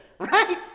right